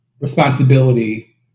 responsibility